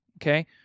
Okay